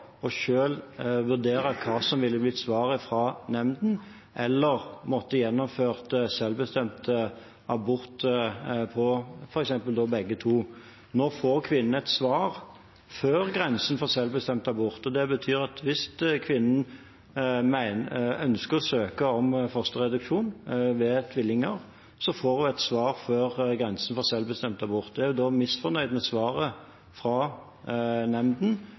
vurdere hva som ville bli svaret fra nemnden, eller måtte ha gjennomført selvbestemt abort av f.eks. begge to. Nå får kvinnen et svar før grensen for selvbestemt abort. Det betyr at hvis kvinnen ønsker å søke om fosterreduksjon ved tvillinger, får hun et svar før grensen for selvbestemt abort. Er hun misfornøyd med svaret fra nemnden,